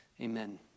Amen